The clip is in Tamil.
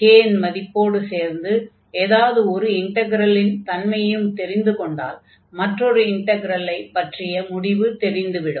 k இன் மதிப்போடு சேர்ந்து ஏதாவது ஒரு இன்டக்ரலின் தன்மையையும் தெரிந்து கொண்டால் மற்றொரு இன்டக்ரலைப் பற்றிய முடிவு தெரிந்துவிடும்